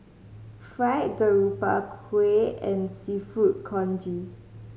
Fried Garoupa kuih and Seafood Congee